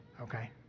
okay